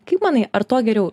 kaip manai ar to geriau